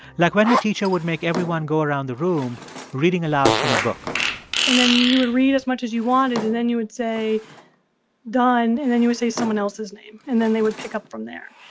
like when her teacher would make everyone go around the room reading aloud from a book and then you would read as much as you wanted, and then you would say done, and then you would say someone else's name, and then they would pick up from there.